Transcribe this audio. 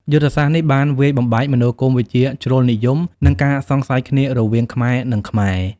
យុទ្ធសាស្ត្រនេះបានវាយបំបែកមនោគមវិជ្ជាជ្រុលនិយម និងការសង្ស័យគ្នារវាងខ្មែរ និងខ្មែរ។